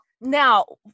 Now